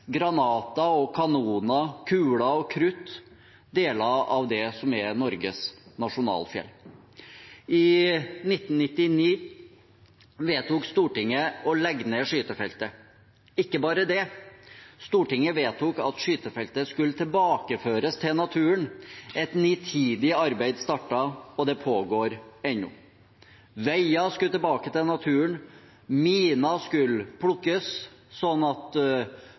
granater, kanoner, kuler og krutt deler av det som er Norges nasjonalfjell. I 1999 vedtok Stortinget å legge ned skytefeltet. Og ikke bare det: Stortinget vedtok at skytefeltet skulle tilbakeføres til naturen. Et nitid arbeid startet, og det pågår ennå. Veier skulle tilbake til naturen, miner skulle plukkes, sånn at